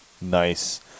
Nice